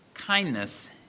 kindness